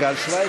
בעד, 62,